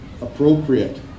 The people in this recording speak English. appropriate